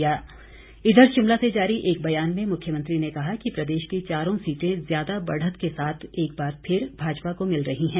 बयान इधर शिमला से जारी एक बयान में मुख्यमंत्री ने कहा कि प्रदेश की चारों सीटें ज्यादा बढ़त के साथ एक बार फिर भाजपा को मिल रही हैं